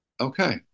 okay